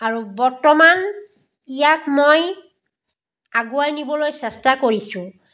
আৰু বৰ্তমান ইয়াক মই আগুৱাই নিব'লৈ চেষ্টা কৰিছোঁ